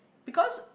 because